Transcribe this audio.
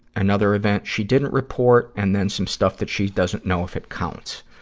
another event, she didn't report, and then some stuff that she doesn't know if it counts.